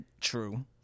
True